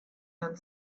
and